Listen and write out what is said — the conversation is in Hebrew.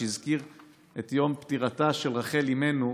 שהזכיר את יום פטירתה של רחל אימנו,